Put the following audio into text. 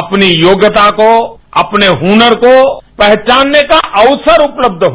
अपनी योग्यता को अपने हुनर को पहचानने का अवसर उपलब्ध हो